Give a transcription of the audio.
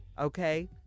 Okay